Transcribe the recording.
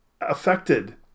affected